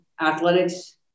athletics